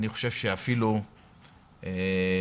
אני חושב שאפילו היום,